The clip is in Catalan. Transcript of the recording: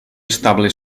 estable